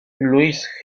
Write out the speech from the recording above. luis